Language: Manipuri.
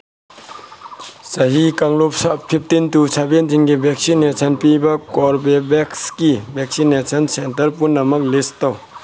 ꯆꯍꯤ ꯀꯥꯡꯂꯨꯞ ꯐꯤꯞꯇꯤꯟ ꯇꯨ ꯁꯕꯦꯟꯇꯤꯟꯒꯤ ꯚꯦꯛꯁꯤꯟꯅꯦꯁꯟ ꯄꯤꯕ ꯀꯣꯔꯕꯦꯕꯦꯛꯁꯀꯤ ꯚꯦꯛꯁꯤꯟꯅꯦꯁꯟ ꯁꯦꯟꯇꯔ ꯄꯨꯝꯅꯃꯛ ꯂꯤꯁ ꯇꯧ